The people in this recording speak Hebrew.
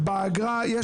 באגרה.